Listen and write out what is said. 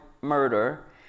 murder